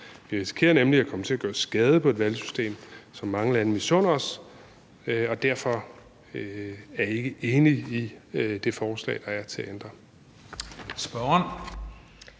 Vi risikerer nemlig at komme til at gøre skade på et valgsystem, som mange lande misunder os. Derfor er jeg ikke enig i det forslag, der er til at ændre